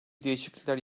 değişiklikler